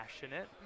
passionate